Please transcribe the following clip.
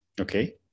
Okay